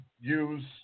Use